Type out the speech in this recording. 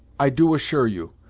i do assure you,